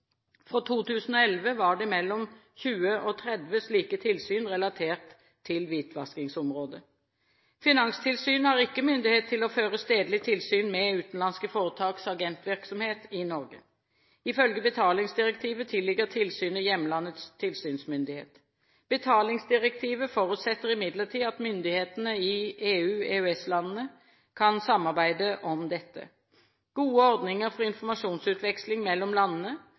2011 var det mellom 20 og 30 slike tilsyn relatert til hvitvaskingsområdet. Finanstilsynet har ikke myndighet til å føre stedlig tilsyn med utenlandske foretaks agentvirksomhet i Norge. Ifølge betalingsdirektivet tilligger tilsynet hjemlandets tilsynsmyndighet. Betalingsdirektivet forutsetter imidlertid at myndighetene i EU/EØS-landene skal samarbeide om dette. Gode ordninger for informasjonsutveksling mellom landene